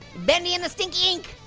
benny and the stinky ink.